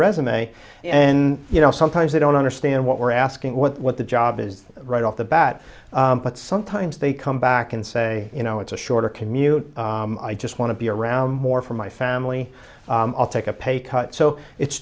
resume and you know sometimes they don't understand what we're asking what the job is right off the bat but sometimes they come back and say you know it's a shorter commute i just want to be around more for my family i'll take a pay cut so it's